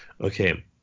Okay